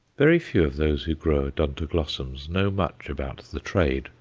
very few of those who grow odontoglossums know much about the trade,